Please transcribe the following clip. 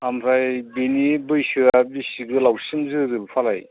ओमफ्राय बिनि बैसोआ बेसे गोलावसिम जोरो फालाय